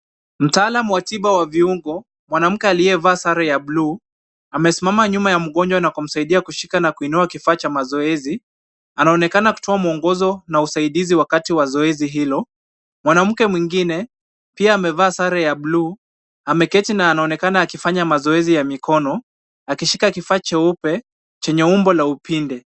Mtaalam wa tiba za viungo, mwanamke aliyevaa sare ya blue ,amesimama nyuma ya mgonjwa nakumusaidia kuinua kifaa mazoezi. Anaonekana kutoa mwongozo na usaidizi wakati wa mazoezi hilo. Mwanamke mmwingine pia amevaa sare ya blue ,ameketi na unaokekana akifanya mazoezi ya mikono, akishika kifaa cheupe chenye umbo la upinde.